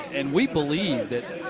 and we believe that